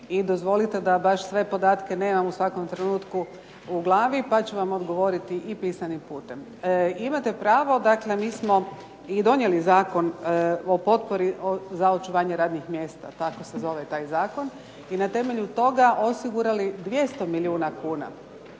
dozvolite da baš sve podatke nemam u svakom trenutku u glavi pa ću vam odgovoriti i pisanim putem. Imate pravo, dakle mi smo i donijeli Zakon o potpori za očuvanje radnih mjesta, tako se zove taj zakon i na temelju toga osigurali 200 milijuna kuna.